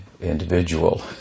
individual